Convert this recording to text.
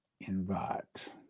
Invite